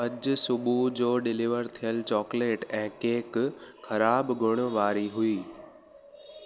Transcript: अॼु सुबुह जो डिलीवर थियलु चॉकलेट ऐं केक ख़राब गुण वारी हुई